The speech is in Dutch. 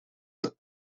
het